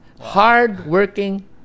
hardworking